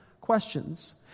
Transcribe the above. questions